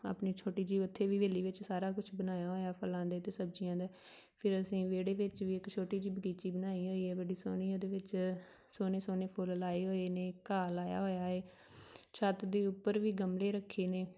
ਆਪਣੀ ਛੋਟੀ ਜਿਹੀ ਉੱਥੇ ਵੀ ਹਵੇਲੀ ਵਿੱਚ ਸਾਰਾ ਕੁਝ ਬਣਾਇਆ ਹੋਇਆ ਫ਼ਲਾਂ ਦੇ ਅਤੇ ਸਬਜ਼ੀਆਂ ਦੇ ਫਿਰ ਅਸੀਂ ਵਿਹੜੇ ਵਿੱਚ ਵੀ ਇੱਕ ਛੋਟੀ ਜਿਹੀ ਬਗੀਚੀ ਬਣਾਈ ਹੋਈ ਹੈ ਬੜੀ ਸੋਹਣੀ ਉਹਦੇ ਵਿੱਚ ਸੋਹਣੇ ਸੋਹਣੇ ਫੁੱਲ ਲਾਏ ਹੋਏ ਨੇ ਘਾਹ ਲਾਇਆ ਹੋਇਆ ਹੈ ਛੱਤ ਦੀ ਉੱਪਰ ਵੀ ਗਮਲੇ ਰੱਖੇ ਨੇ